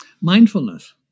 Mindfulness